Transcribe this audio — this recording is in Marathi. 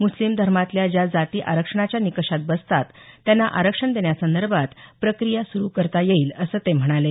मुस्लिम धर्मातल्या ज्या जाती आरक्षणाच्या निकषात बसतात त्यांना आरक्षण देण्यासंदर्भात प्रक्रिया सुरु करता येईल असं ते म्हणाले